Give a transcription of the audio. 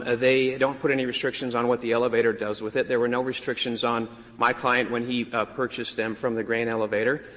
ah they don't put any restrictions on what the elevator does with it. there were no restrictions on my client when he purchased them from the grain elevator.